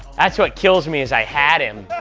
that's what kills me as i had him, yeah.